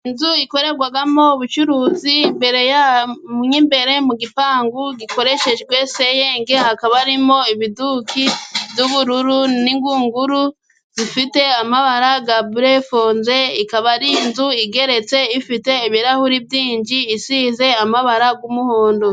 Inzu ikorerwamo ubucuruzi mwo imbere mu gipangu gikoreshejwe senyenge, hakaba harimo ibiduki by'ubururu n'ingunguru zifite amabara ya brefonse, ikaba ari inzu igeretse ifite ibirahuri byinshi isize amabara y'umuhondo.